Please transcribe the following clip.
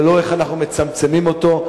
ולא איך אנחנו מצמצמים אותו.